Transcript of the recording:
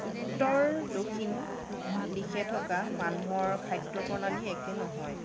উত্তৰ দক্ষিণ দিশে থকা মানুহৰ খাদ্য প্ৰণালী একে নহয়